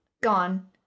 gone